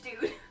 dude